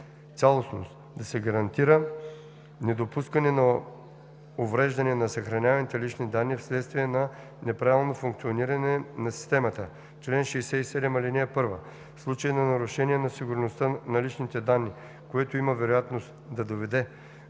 цялостност – да се гарантира недопускане на увреждане на съхраняваните лични данни вследствие на неправилно функциониране на системата. Чл. 67. (1) В случай на нарушение на сигурността на личните данни, което има вероятност да доведе